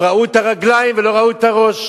הם ראו את הרגליים, ולא ראו את הראש.